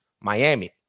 Miami